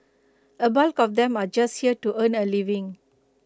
A bulk of them are just here to earn A living